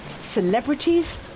Celebrities